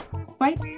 swipe